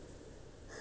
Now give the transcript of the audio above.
ya because